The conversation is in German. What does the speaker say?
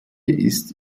ist